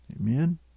Amen